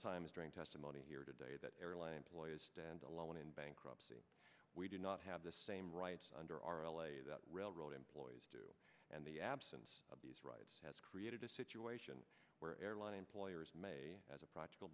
times during testimony here today that airline employees stand alone in bankruptcy we do not have the same rights under our l a that railroad employees do and the absence of these rights has created a situation where airline employers may as a pr